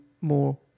more